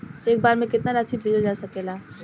एक बार में केतना राशि भेजल जा सकेला?